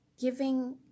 giving